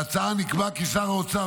בהצעה נקבע כי שר האוצר,